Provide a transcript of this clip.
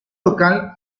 local